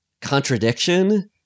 contradiction